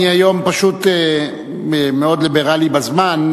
אני היום פשוט מאוד ליברלי בזמן,